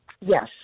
Yes